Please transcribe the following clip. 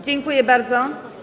Dziękuję bardzo.